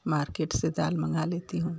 market से दाल मँगा लेती हूँ